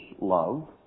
love